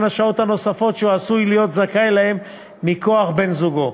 השעות הנוספות שהוא עשוי להיות זכאי להן מכוח בן-זוגו.